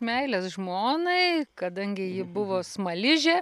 meilės žmonai kadangi ji buvo smaližė